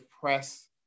press